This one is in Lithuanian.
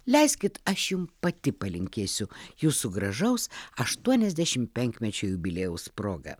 leiskit aš jum pati palinkėsiu jūsų gražaus aštuoniasdešim penkmečio jubiliejaus proga